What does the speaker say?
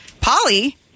Polly